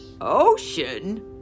Ocean